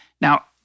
Now